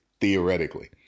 theoretically